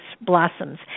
blossoms